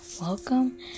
welcome